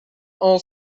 all